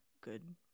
good